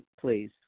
please